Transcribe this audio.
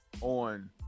on